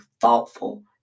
thoughtful